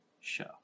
show